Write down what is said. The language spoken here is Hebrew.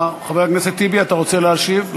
חבר הכנסת טיבי, אתה רוצה להשיב?